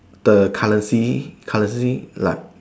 the currency currency like